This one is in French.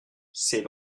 c’est